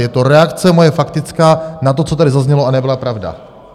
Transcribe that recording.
Je to reakce moje faktická na to, co tady zaznělo a nebyla pravda.